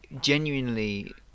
genuinely